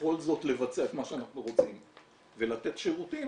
ובכל זאת לבצע את מה שאנחנו רוצים ולתת שירותים.